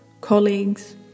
colleagues